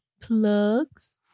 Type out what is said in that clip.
plugs